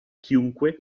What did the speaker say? chiunque